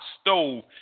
stove